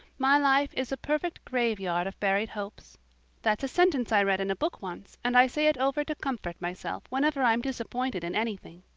my life is a perfect graveyard of buried hopes that's a sentence i read in a book once, and i say it over to comfort myself whenever i'm disappointed in anything.